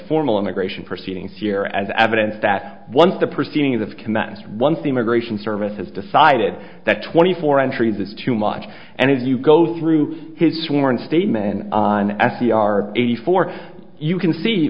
formal immigration proceedings year as evidence that once the proceedings have commenced once the immigration service has decided that twenty four entries is too much and if you go through his sworn statement on s t r eighty four you can see